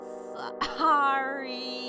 sorry